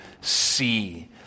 see